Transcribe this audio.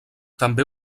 també